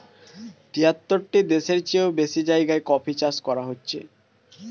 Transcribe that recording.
তিয়াত্তরটি দেশের চেও বেশি জায়গায় কফি চাষ করা হচ্ছে